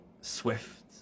swift